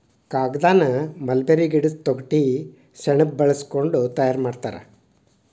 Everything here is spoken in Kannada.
ಕಾಗದಾನ ಮಲ್ಬೇರಿ ಗಿಡದ ತೊಗಟಿ ಸೆಣಬ ಬಳಸಕೊಂಡ ತಯಾರ ಮಾಡ್ತಾರ